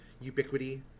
ubiquity